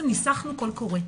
ניסחנו קול קורא,